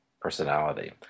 personality